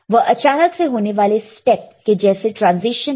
वह अचानक से होने वाला स्टेप के जैसे ट्रांजिशन है